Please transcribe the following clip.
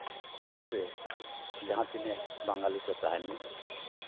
ᱠᱟᱛᱮᱫ ᱡᱟᱦᱟᱸ ᱛᱤᱱᱟᱹᱜ ᱵᱟᱝᱜᱟᱞᱤ ᱠᱚ ᱛᱟᱦᱮᱱ ᱢᱟ